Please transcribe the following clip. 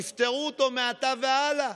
תפטרו אותו מעתה והלאה,